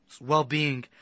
well-being